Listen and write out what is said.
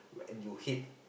and you hit